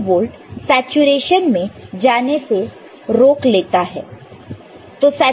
तो यह 04 volt saturation में जाने से रोक लेता है